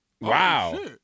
Wow